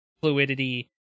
fluidity